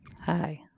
Hi